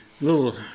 Little